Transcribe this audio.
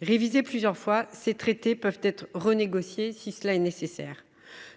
Révisés plusieurs fois, ces traités peuvent être renégociés si cela est nécessaire.